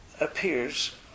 appears